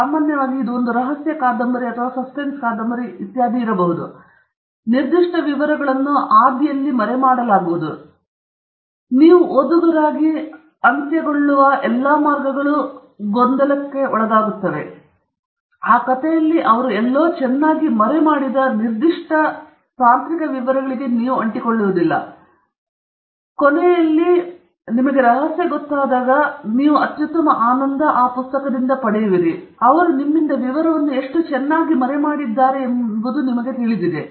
ಸಾಮಾನ್ಯವಾಗಿ ಇದು ಒಂದು ರಹಸ್ಯ ಕಾದಂಬರಿ ಅಥವಾ ಸಸ್ಪೆನ್ಸ್ ಕಾದಂಬರಿ ಇತ್ಯಾದಿ ನಿರ್ದಿಷ್ಟ ವಿವರಗಳನ್ನು ಮರೆಮಾಡಲಾಗುವುದು ನಿರ್ದಿಷ್ಟ ವಿವರಗಳನ್ನು ಮರೆಮಾಡಲಾಗುವುದು ಆದ್ದರಿಂದ ನೀವು ಓದುಗರಾಗಿ ಅಂತ್ಯಗೊಳ್ಳುವ ಎಲ್ಲಾ ಮಾರ್ಗಗಳು ಗೊಂದಲಕ್ಕೊಳಗಾಗುತ್ತದೆ ಆ ಕಥೆಯಲ್ಲಿ ಅವರು ಎಲ್ಲೋ ಚೆನ್ನಾಗಿ ಮರೆಮಾಡಿದ ನಿರ್ದಿಷ್ಟ ತಾಂತ್ರಿಕ ವಿವರಗಳಿಗೆ ನೀವು ಅಂಟಿಕೊಳ್ಳುವುದಿಲ್ಲ ಮತ್ತು ಕೊನೆಯಲ್ಲಿ ಅತ್ಯುತ್ತಮ ಆನಂದ ನೀವು ಪುಸ್ತಕದಿಂದ ಪಡೆಯುವಿರಿ ಅವರು ನಿಮ್ಮಿಂದ ವಿವರವನ್ನು ಎಷ್ಟು ಚೆನ್ನಾಗಿ ಮರೆಮಾಡಿದ್ದಾರೆ ಎಂಬುದು ನಿಮಗೆ ತಿಳಿದಿದೆ